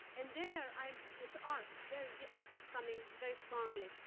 and there, um it's art. there is the artist coming very strongly.